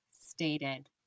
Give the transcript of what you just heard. stated